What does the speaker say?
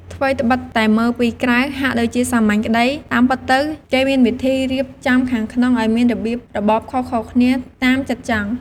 ថ្វីត្បិតតែមើលពីក្រៅហាក់ដូចជាសាមញ្ញក្តី តាមពិតទៅគេមានវិធីរៀបចំខាងក្នុងឱ្យមានរបៀបរបបខុសៗគ្នាតាមចិត្តចង់។